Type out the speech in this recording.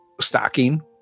stocking